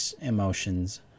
emotions